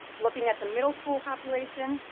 looking at the middle school, population,